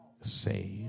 saved